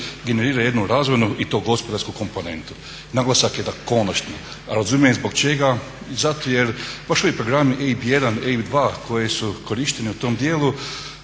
generira jednu razvojnu i to gospodarsku komponentu. Naglasak je na konačno. Razumijem zbog čega, zato jer baš ovi programi EIB jedan, EIB dva koji su korišteni u tom dijelu